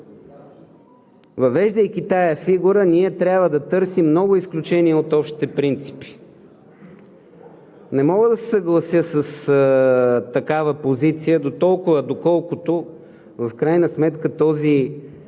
въвеждайки тази фигура, ние трябва да търсим много изключения от общите принципи. Не мога да се съглася с такава позиция дотолкова, доколкото в крайна сметка този